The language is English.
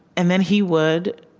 and then he would